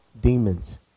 demons